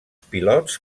pilots